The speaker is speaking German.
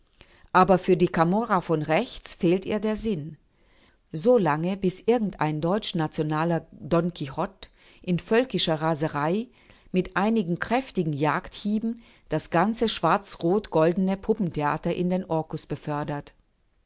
aber für die camorra von rechts fehlt ihr der sinn solange bis irgendein deutschnationaler don quichotte in völkischer raserei mit einigen kräftigen jagdhieben das ganze schwarzrotgoldene puppentheater in den orkus befördert